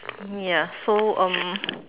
ya so um